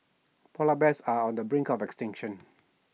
Polar Bears are on the brink of extinction